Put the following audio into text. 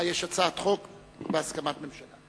אה, יש הצעת חוק בהסכמה ממשלה.